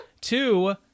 Two